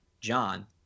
John